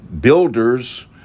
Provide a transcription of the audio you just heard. builders